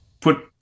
put